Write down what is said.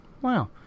Wow